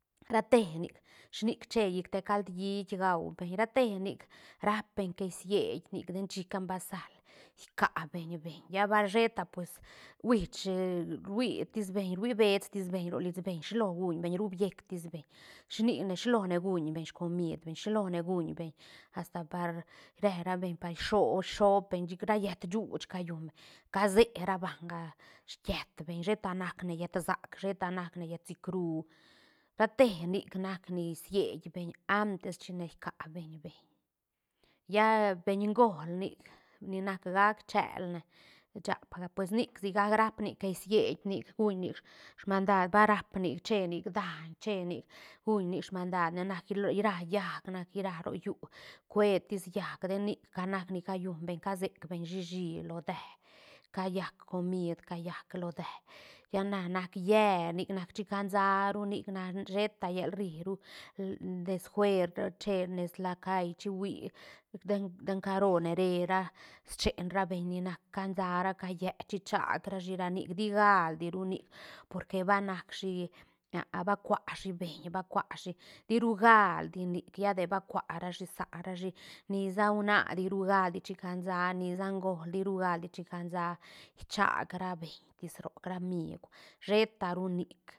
Ra te nic shi nic che llic te cald hiit gua beñ ra tee nic rap beñ que sieñ nic den chica basal kiabeñ beñ lla bal sheta pues huish ruitis beñ rui beets tis beñ ro list beñ shilo guñ beñ rubiec tis beñ shi nicne shi lone guñ beñ scomid beñ shi lone guñ beñ asta par re ra beñ par shoo- shoop beñ chic ra yët shuuch callun beñ casee ra banga skiët beñ sheta nac ne yët sac sheta nac ne yët sicru rate nic nac ni sied beñ antes chine kia beñ beñ lla beiñ göl nic ni nac gaac cheëlne shaap ga pues nic sigac rap nic que siet nic guñ nic smaanda va rap nic che nic daiñ che nic guñ nic shamdad ne nac ria llaäc nac ria ro yu cue tis llaäc den nic ca nac ni callun beñ casec beñ shi shi lo deë callac comid callac lo deë lla na nac llie nic nac chi cansa ru nic nac sheta yal riru des fuer che nes la call chihui den- den caro ne re ra schen ra beiñ ni nac can sa ra ca lleé chi chac rashi ra nic ti galdi runic por que ba nac shi va kuä shi beñ va kuä shi ti ru galdi nic lla de kuära shi saara shi nisa huana ti ru galdi chi cansa ni sa göl ti ru galdi shicansa chaag ra beñ tis roc ra miug sheta ru nic.